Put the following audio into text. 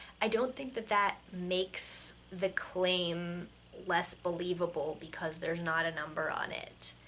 i don't think that that makes the claim less believable because there's not a number on it.